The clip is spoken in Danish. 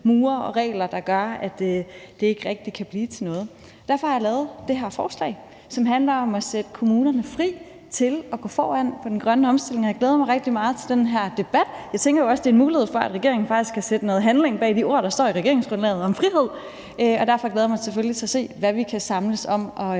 mure og regler, der gør, at det ikke rigtig kan blive til noget. Derfor har vi fremsat det her forslag, som handler om at sætte kommunerne fri til at gå foran på den grønne omstilling. Og jeg glæder mig rigtig meget til den her debat. Jeg tænker jo også, det er en mulighed for, at regeringen faktisk kan sætte noget handling bag de ord, der står i regeringsgrundlaget, om frihed, og derfor glæder jeg mig selvfølgelig til at se, hvad vi kan samles om, og